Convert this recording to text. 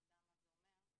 נדע מה זה אומר.